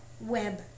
web